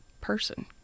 person